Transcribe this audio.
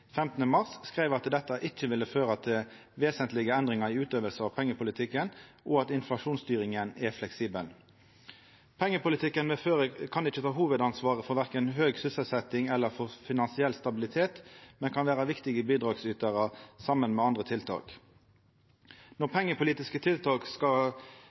mars skreiv at dette ikkje ville føra til vesentlege endringar i utøvinga av pengepolitikken, og at inflasjonsstyringa er fleksibel. Pengepolitikken me fører, kan ikkje ta hovudansvaret verken for høg sysselsetjing eller for finansiell stabilitet, men kan vera ein viktig bidragsytar saman med andre tiltak. Når ein kan vedta pengepolitiske tiltak